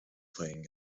playing